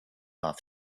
off